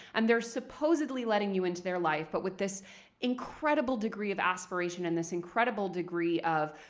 and they're supposedly letting you into their life, but with this incredible degree of aspiration and this incredible degree of